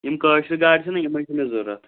یِم کٲشرِ گاڈٕ چھَنہ یِمٕے چھےٚ مےٚ ضروٗرت